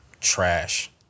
trash